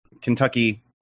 Kentucky